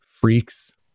freaks